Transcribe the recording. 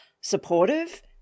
supportive